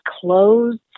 closed